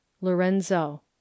Lorenzo